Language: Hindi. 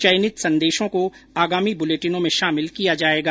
चयनित संदेशों को आगामी बुलेटिनों में शामिल किया जाएगा